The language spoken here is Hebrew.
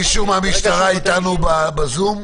מישהו מהמשטרה אתנו בזום?